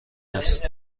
است